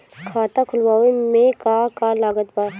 खाता खुलावे मे का का लागत बा?